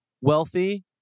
wealthy